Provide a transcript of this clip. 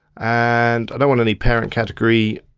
and i don't want any parent category.